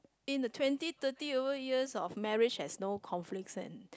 in the twenty thirty over years of marriage there's no conflicts and